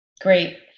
great